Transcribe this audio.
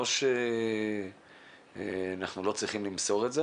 לא שאנחנו לא צריכים למסור את זה,